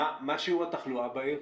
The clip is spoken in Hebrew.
מה שיעור התחלואה בעיר?